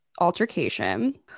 altercation